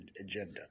agenda